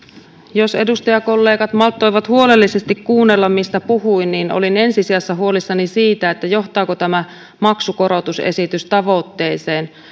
jos edustajakollegat malttoivat huolellisesti kuunnella mistä puhuin olin ensi sijassa huolissani siitä johtaako tämä maksukorotusesitys tavoitteeseen